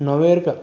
नवे रुपया